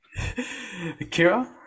Kira